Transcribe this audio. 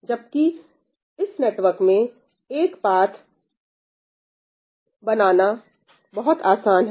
जबकि इस नेटवर्क में एक पाथ बनाना बहुत आसान है